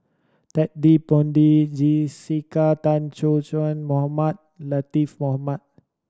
Ted De Ponti Jessica Tan Soon Mohamed Latiff Mohamed